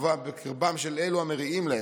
בקרבם של אלו המריעים להם,